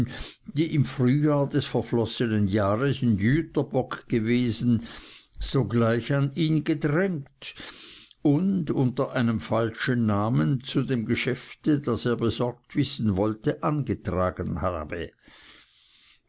die im frühjahr des verflossenen jahres in jüterbock gewesen sogleich an ihn gedrängt und unter einem falschen namen zu dem geschäfte das er besorgt wissen wollte angetragen habe